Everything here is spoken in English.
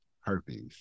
herpes